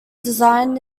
designed